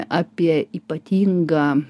apie ypatingą